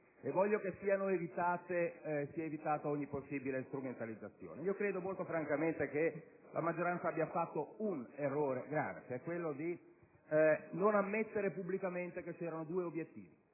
Voglio anche che sia evitata ogni possibile strumentalizzazione. Credo molto francamente che la maggioranza abbia fatto un errore grave, che è quello di non ammettere pubblicamente che c'erano due obiettivi: